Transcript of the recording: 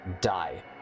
die